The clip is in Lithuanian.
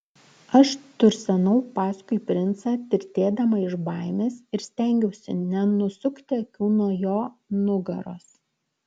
aš tursenau paskui princą tirtėdama iš baimės ir stengiausi nenusukti akių nuo jo nugaros